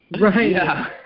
Right